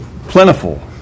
plentiful